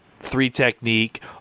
three-technique